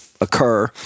occur